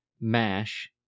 MASH